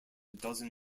dozen